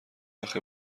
آخه